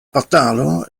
batalo